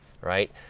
right